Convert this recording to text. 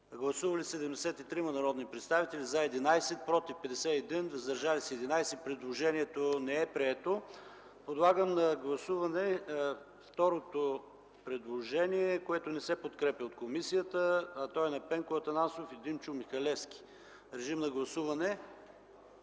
Гласували 73 народни представители: за 11, против 51, въздържали се 11. Предложението не е прието. Подлагам на гласуване второто предложение, което не се подкрепя от комисията, а то е на Пенко Атанасов и Димчо Михалевски. Гласували